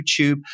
YouTube